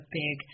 big